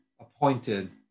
appointed